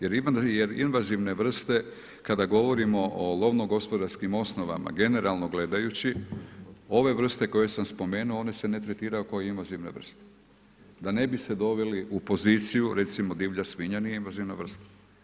Jer invazivne vrste, kada govorimo o lovno gospodarskim osnovama, generalno gledajući, ove vrste koje sam spomenuo, one se ne tretiraju kao invazivne vrste, da ne bi se doveli u poziciju, recimo divlja svinja nije invazivna vrsta.